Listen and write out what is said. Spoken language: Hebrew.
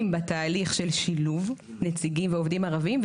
בתהליך של שילוב נציגים ועובדים ערבים.